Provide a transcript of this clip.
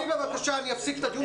אז תצאי בבקשה, אני אפסיק את הדיון.